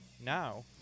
Now